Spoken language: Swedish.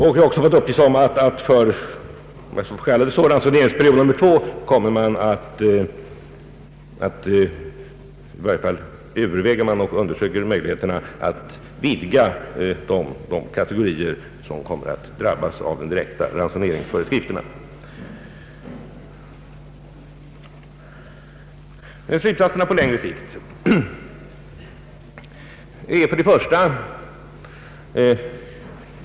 Jag har också fått uppgift om att man under ransoneringsperiod 2 kommer att undersöka möjligheterna att utvidga ransoneringen att gälla fler kategorier.